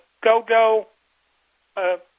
Go-Go